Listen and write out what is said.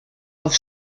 auf